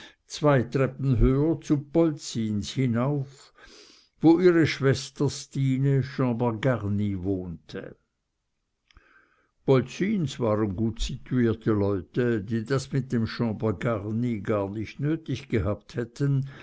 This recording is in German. zwei treppen höher zu polzins hinauf wo ihre schwester stine chambre garnie wohnte polzins waren gutsituierte leute die das mit dem chambre garnie gar nicht nötig gehabt hätten